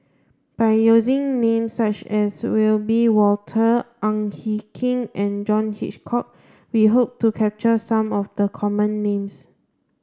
by using names such as Wiebe Wolters Ang Hin Kee and John Hitchcock we hope to capture some of the common names